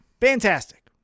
Fantastic